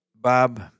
Bob